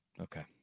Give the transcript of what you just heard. Okay